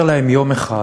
והתברר להם יום אחד,